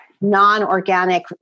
non-organic